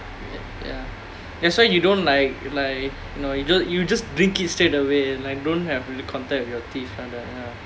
ya that's why you don't like like you know you just you just drink it straight away like don't have the contact with your teeth like that ya